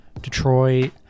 Detroit